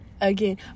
again